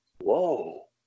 whoa